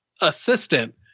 assistant